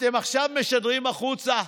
אתם עכשיו משדרים החוצה,